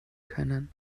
können